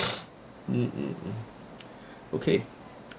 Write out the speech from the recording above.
mm mm mm okay